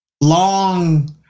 long